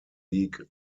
league